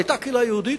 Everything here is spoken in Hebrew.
אבל היתה קהילה יהודית.